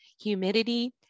humidity